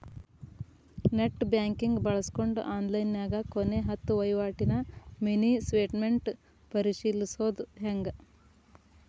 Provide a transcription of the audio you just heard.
net banking ಬಳ್ಸ್ಕೊಂಡ್ ಆನ್ಲೈನ್ಯಾಗ ಕೊನೆ ಹತ್ತ ವಹಿವಾಟಿನ ಮಿನಿ ಸ್ಟೇಟ್ಮೆಂಟ್ ಪರಿಶೇಲಿಸೊದ್ ಹೆಂಗ